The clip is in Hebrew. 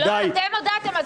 לא, אתם הודעתם.